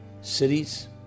cities